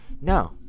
no